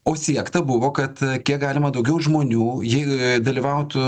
o siekta buvo kad kiek galima daugiau žmonių jei dalyvautų